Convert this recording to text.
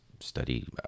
Study